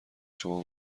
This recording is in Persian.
شما